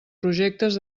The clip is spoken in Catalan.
projectes